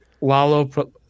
Lalo